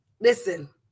Listen